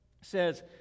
says